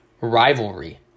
rivalry